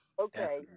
Okay